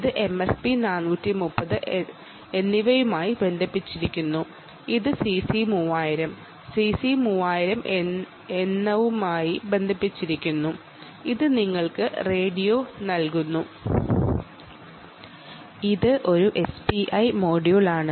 അത് MSP 430 എന്നിവയുമായി ബന്ധിപ്പിച്ചിരിക്കുന്നു ഇത് CC 3000 എന്നിവയുമായി ബന്ധിപ്പിച്ചിരിക്കുന്നു ഇത് നിങ്ങൾക്ക് റേഡിയോ നൽകുന്നു ഇത് ഒരു SPI മൊഡ്യൂളാണ്